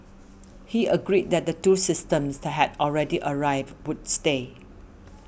he agreed that the two systems had already arrived would stay